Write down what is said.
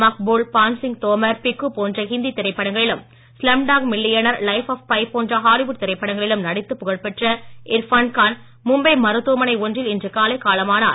மக்பூல் பான்சிங் தோமர் பிக்கு போன்ற ஹிந்தி திரைப்படங்களிலும் Slumdog millionaire life app by போன்ற ஹாலிவுட் திரைப்படங்களிலும் நடித்து புகழ்பெற்ற இர்ஃபான் கான் மும்பை மருத்துவமனை ஒன்றில் இன்று காலை காலமானார்